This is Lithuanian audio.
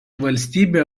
valstybė